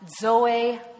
Zoe